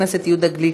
חבר הכנסת יהודה גליק,